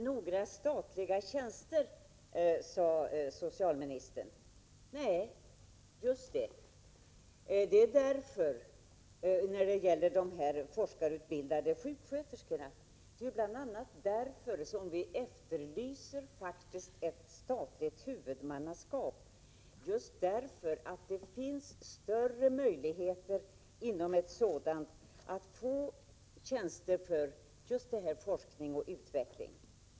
Herr talman! Det finns inte några statliga tjänster för forskarutbildade sjuksköterskor, sade socialministern. Nej, just det. Det är därför som vi faktiskt efterlyser ett statligt huvudmannaskap. Då finns större möjligheter att få tjänster inom forskning och utveckling.